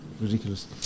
Ridiculous